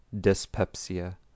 dyspepsia